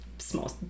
small